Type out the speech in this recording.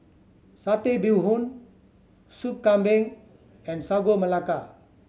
Satay Bee Hoon Soup Kambing and Sagu Melaka